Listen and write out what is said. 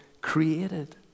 created